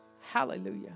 Hallelujah